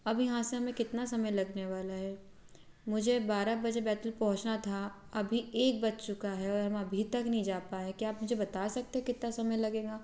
अब यहाँ से हमें कितना समय लगने वाला है मुझे बारह बजे बैतल पहुँचना था अभी एक बज चुका है और हम अभी तक नहीं जा पाए क्या आप मुझे बता सकते हो कितना समय लगेगा